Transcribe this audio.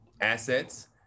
assets